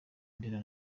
ndera